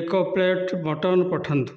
ଏକ plate mutton ପଠାନ୍ତୁ